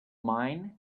mine